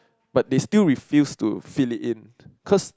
but they still refuse to fill it in cause